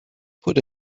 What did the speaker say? put